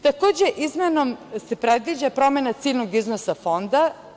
Takođe, izmenom se predviđa i promena ciljnog iznosa fonda.